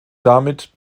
damit